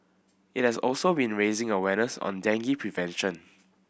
it has also been raising awareness on dengue prevention